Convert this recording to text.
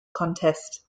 contest